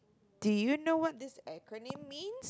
do you know what this acronym means